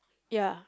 ya